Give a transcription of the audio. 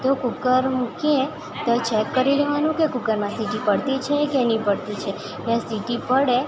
તો કૂકર મૂકીએ તો ચેક કરી લેવાનું કે કૂકરમાં સિટી પડતી છે કે નહીં પડતી છે એ સિટી પડે